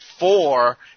Four